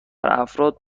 افراد